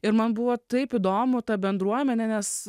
ir man buvo taip įdomu ta bendruomenė nes